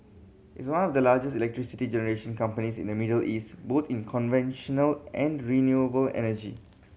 it's one of the largest electricity generation companies in the Middle East both in conventional and renewable energy